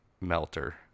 melter